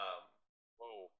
Whoa